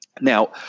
now